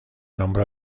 nombró